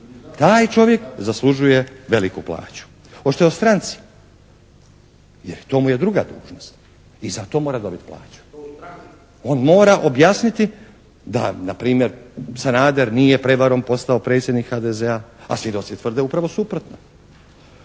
Taj čovjek zaslužuje veliku plaću. Hoćete o stranci? Jer i to mu je druga dužnost. I za to mora dobiti plaću. On mora objasniti da na primjer Sanader nije prevarom postao predsjednik HDZ-a a svjedoci tvrde upravo suprotno.